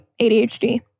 ADHD